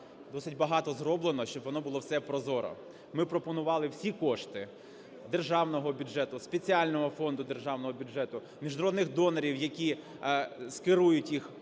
досить багато зроблено, щоб воно було все прозоро. Ми пропонували всі кошти державного бюджету, спеціального фонду державного бюджету, міжнародних донорів, які скерують їх